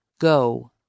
Go